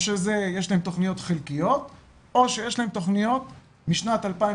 או שיש להן תכניות חלקיות או שיש להן תכניות משנת 2009